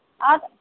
আৰু